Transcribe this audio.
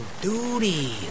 duty